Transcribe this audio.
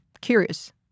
curious